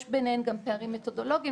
יש ביניהן גם פערים מתודולוגיים.